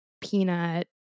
peanut